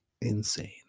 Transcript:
insane